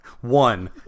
One